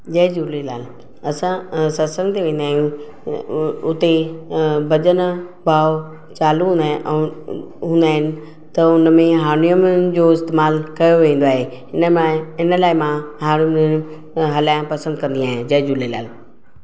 जय झूलेलाल असां अं सत्संगु ते वेंदा आहियूं उते अं भॼन भाव चालू हूंदा आहिनि त हुनमें हार्मोनियम जो इस्तेमालु कयो वेंदो आहे इन मां इन लाए मां हार्मोनियम हलाइणु पसंदि कंदी आहियां